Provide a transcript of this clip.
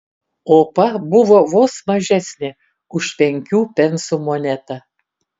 opa buvo vos mažesnė už penkių pensų monetą